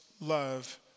love